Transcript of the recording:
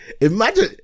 imagine